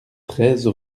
treize